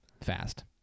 fast